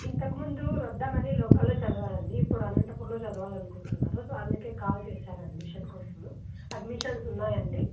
ఇంతకుముందు రుద్దామని లోకల్లో చదవారండి ఇప్పుడు అనంతపూర్లో చదవాలనుకుంటున్నారు సో అందుకే కాల్ చేశాను అడ్మిషన్ కోసము అడ్మిషన్స్ ఉన్నాయండి